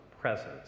presence